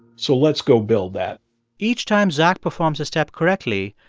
so let's go build that each time zach performs a step correctly,